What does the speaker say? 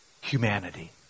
humanity